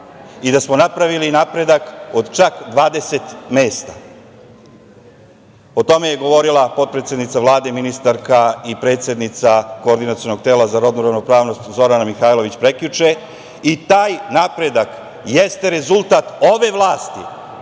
i da smo napravili napredak od čak 20 mesta.O tome je govorila potpredsednica Vlade, ministarka i predsednica koordinacionog tela za rodnu ravnopravnost Zorana Mihajlović, prekjuče i taj napredak jeste rezultat ove vlasti,